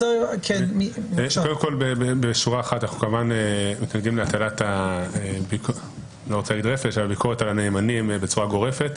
אנחנו מתנגדים להטלת הביקורת על הנאמנים בצורה גורפת.